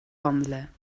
wandelen